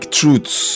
truths